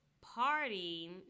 party